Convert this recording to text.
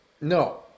No